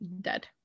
dead